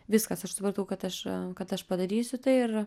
viskas aš supratau kad aš kad aš padarysiu tai ir